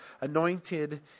anointed